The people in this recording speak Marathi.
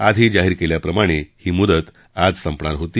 आधी जाहीर केल्याप्रमाणे ही मुदत आज संपणार होती